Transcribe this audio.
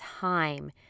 Time